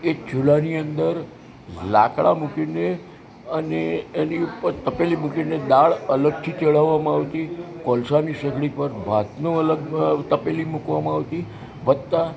એક ચુલાની અંદર લાકડાં મૂકી ને અને એની ઉપર તપેલી મૂકી ને દાળ અલગથી ચઢાવવામાં આવતી કોલસાની સગડી પર ભાતનો અલગ તપેલી મૂકવામાં આવતી વત્તા